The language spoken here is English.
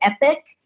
epic